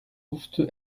durfte